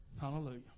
Hallelujah